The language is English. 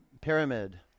Pyramid